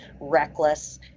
reckless